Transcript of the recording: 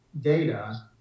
data